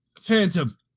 Phantom